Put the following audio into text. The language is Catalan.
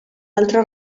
altre